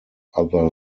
other